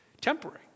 temporary